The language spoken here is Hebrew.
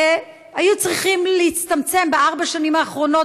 היו צריכים להצטמצם בארבע השנים האחרונות,